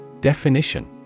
Definition